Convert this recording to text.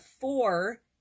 four